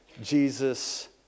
Jesus